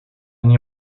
nie